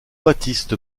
baptiste